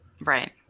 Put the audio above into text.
Right